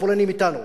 הפולנים אתנו,